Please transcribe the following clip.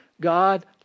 God